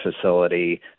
facility